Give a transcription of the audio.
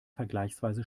vergleichsweise